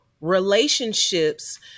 relationships